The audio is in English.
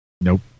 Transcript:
nope